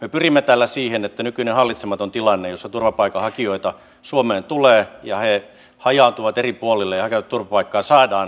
me pyrimme tällä siihen että nykyinen hallitsematon tilanne jossa turvapaikanhakijoita suomeen tulee ja he hajaantuvat eri puolille ja hakevat turvapaikkaa saadaan hallintaan